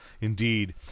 indeed